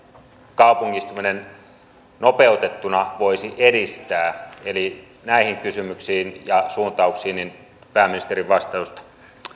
kaupungistuminen nopeutettuna voisi edistää eli näihin kysymyksiin ja suuntauksiin pyydän pääministerin vastausta